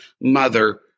Mother